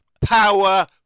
power